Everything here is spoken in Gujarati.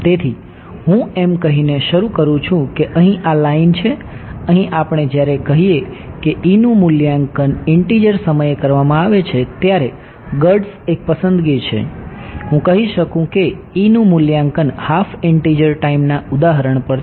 તેથી હું એમ કહીને શરૂ કરું છું કે અહીં આ લાઇન છે અહીં આપણે જ્યારે કહીએ કે E નું મૂલ્યાંકન ઇંટીજર સમયે કરવામાં આવે છે ત્યારે ગર્ડ્સ એક પસંદગી છે હું કહી શકું કે E નું મૂલ્યાંકન હાફ ઇંટીજર ટાઈમના ઉદાહરણ પર છે